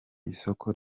isoko